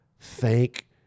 Thank